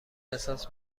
احساس